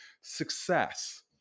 success